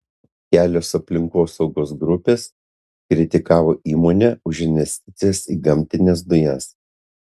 kelios aplinkosaugos grupės kritikavo įmonę už investicijas į gamtines dujas